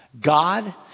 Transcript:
God